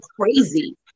crazy